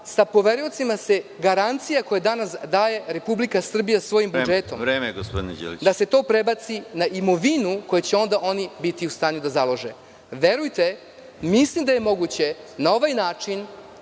sa poveriocima se garancija, koju danas daje Republika Srbija svojim budžetom, prebaci na imovinu koju će onda oni biti u stanju da založe. Verujte, mislim da je moguće na ovaj način